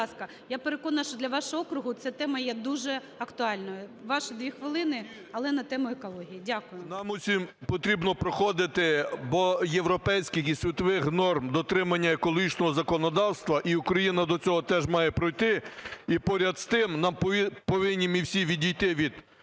Нам всім потрібно приходити до європейських і світових норм дотримання екологічного законодавства, і Україна до цього меж має прийти. І поряд з тим, повинні ми всі відійти від